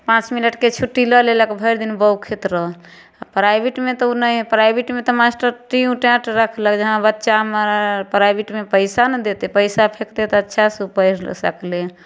पाँच मिनटके छुट्टी लऽ लेलक भरि दिन बौखैत रहल प्राइवेटमे तऽ ओ नहि प्राइवेटमे तऽ मास्टर टिउँ टाइट रखलक जे बच्चा हमर प्राइवेटमे पइसा ने देतै पइसा फेकतै तऽ ओ अच्छासँ पढ़ि सकलै